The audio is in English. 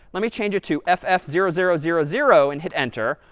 let me change it to f f zero zero zero zero and hit enter.